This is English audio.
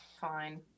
Fine